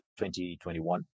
2021